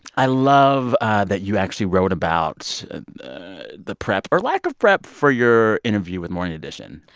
i love that you actually wrote about the prep or lack of prep for your interview with morning edition,